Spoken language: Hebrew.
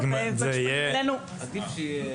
עדיף שיהיה